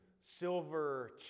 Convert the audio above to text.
silver